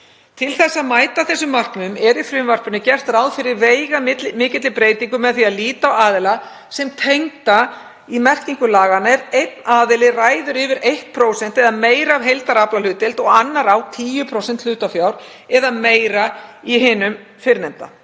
Til að mæta þessum markmiðum er í frumvarpinu gert ráð fyrir veigamikilli breytingu með því að líta á aðila sem tengda í merkingu laganna ef einn aðili ræður yfir 1% eða meira af heildaraflahlutdeild og annar á 10% hlutafjár eða meira í hinum fyrrnefnda.